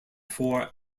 four